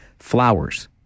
Flowers